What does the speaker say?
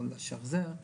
או לשחזר,